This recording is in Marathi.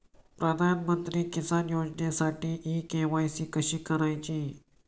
प्रधानमंत्री किसान योजनेसाठी इ के.वाय.सी कशी करायची?